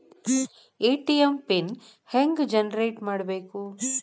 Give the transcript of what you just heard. ATM PIN ಹೆಂಗ್ generate ಮಾಡಬೇಕು?